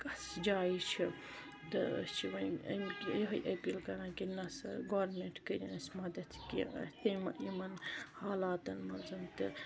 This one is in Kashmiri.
کَتھ جایہِ چھُ تہِ أسۍ چھِ وۄںۍ ہِہٕے أپیٖل کَران کہِ نسا گورمٮ۪نٹ کٔرِنۍ اَسہِ مَدد کہِ ایم یِمَن حالاتن منٛز تہٕ